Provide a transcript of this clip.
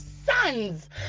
sons